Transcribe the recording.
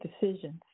decisions